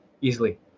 easily